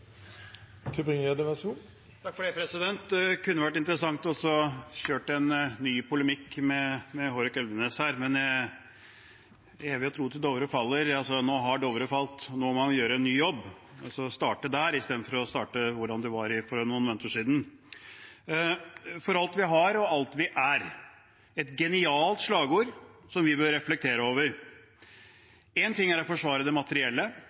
Det kunne vært interessant å kjøre en ny polemikk med Hårek Elvenes her, men «evig og tro til Dovre faller». Nå har Dovre falt, og nå må man gjøre en ny jobb, altså starte der istedenfor å starte med hvordan det var for noen måneder siden. «For alt vi har. Og alt vi er.» er et genialt slagord som vi bør reflektere over. Én ting er å forsvare det materielle,